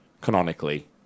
Canonically